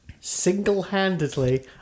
single-handedly